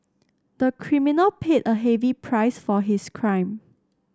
the criminal paid a heavy price for his crime